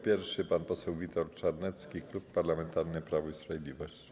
Pierwszy pan poseł Witold Czarnecki, Klub Parlamentarny Prawo i Sprawiedliwość.